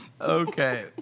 Okay